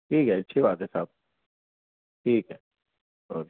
ٹھیک ہے اچھی بات ہے صاحب ٹھیک ہے اوکے